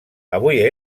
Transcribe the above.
avui